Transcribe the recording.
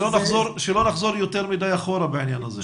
שלא נחזור יותר מדי אחורה בעניין הזה.